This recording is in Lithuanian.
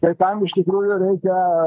tai tam iš tikrųjų reikia